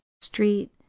Street